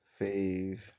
Fave